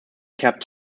capped